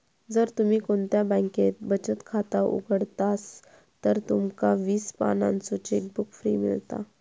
जर तुम्ही कोणत्या बॅन्केत बचत खाता उघडतास तर तुमका वीस पानांचो चेकबुक फ्री मिळता